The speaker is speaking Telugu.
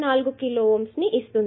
4 కిలో Ω వస్తుంది